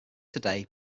today